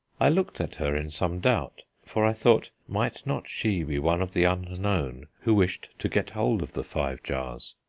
i looked at her in some doubt, for i thought, might not she be one of the unknown who wished to get hold of the five jars?